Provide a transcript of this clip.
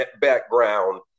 background